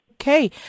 Okay